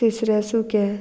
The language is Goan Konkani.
तिसऱ्या सुके